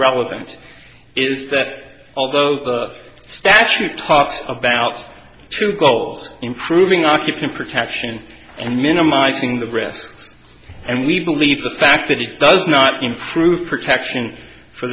relevant is that although the statute talks about two goals improving occupant protection and minimizing the breasts and we believe the fact that it does not improve protection for